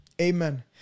Amen